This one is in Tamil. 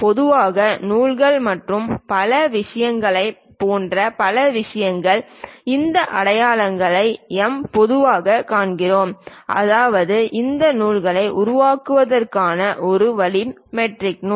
பொதுவாக நூல்கள் மற்றும் பிற விஷயங்களைப் போன்ற பல விஷயங்கள் இந்த அடையாளங்களை எம் பொதுவாகக் காண்கிறோம் அதாவது இந்த நூல்களை உருவாக்குவதற்கான ஒரு வழி மெட்ரிக் நூல்